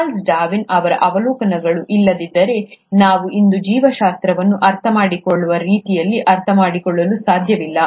Charles Darwin ಅವರ ಅವಲೋಕನಗಳು ಇಲ್ಲದಿದ್ದರೆ ನಾವು ಇಂದು ಜೀವಶಾಸ್ತ್ರವನ್ನು ಅರ್ಥಮಾಡಿಕೊಳ್ಳುವ ರೀತಿಯಲ್ಲಿ ಅರ್ಥಮಾಡಿಕೊಳ್ಳಲು ಸಾಧ್ಯವಿಲ್ಲ